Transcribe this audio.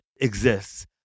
exists